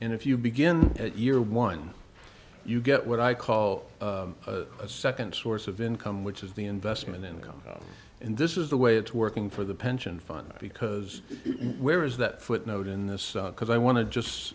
and if you begin at year one you get what i call a second source of income which is the investment income and this is the way it's working for the pension fund because where is that footnote in this because i want to just